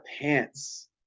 pants